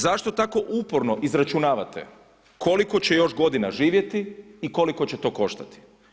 Zašto tako uporno izračunavate koliko će još godina živjeti i koliko će to koštati?